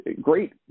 great